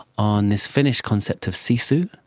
on this finnish concept of sisu,